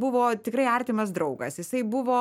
buvo tikrai artimas draugas jisai buvo